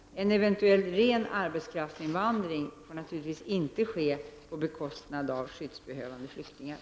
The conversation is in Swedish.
En eventuell ren arbetskraftsinvandring får naturligtvis inte ske på bekostnad av skyddsbehövande flyktingar.